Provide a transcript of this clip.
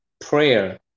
prayer